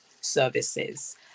services